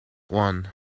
one